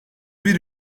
bir